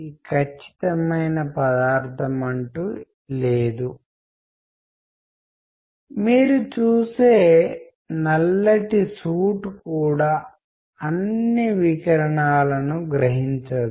ఇవి మీ గుణాత్మక లక్షణాలను మీ వ్యక్తిత్వాన్ని మీ భావోద్వేగాలను మీరు ప్రదర్శించే విధానాన్నిమరియు అన్నింటినీ పరిగణిస్తాయి